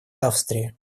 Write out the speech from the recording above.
австрии